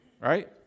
right